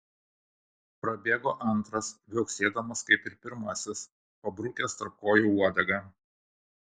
prabėgo antras viauksėdamas kaip ir pirmasis pabrukęs tarp kojų uodegą